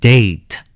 Date